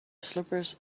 slippers